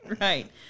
right